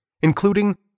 including